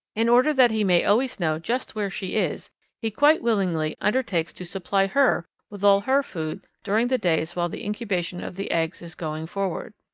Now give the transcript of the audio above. in order that he may always know just where she is he quite willingly undertakes to supply her with all her food during the days while the incubation of the eggs is going forward.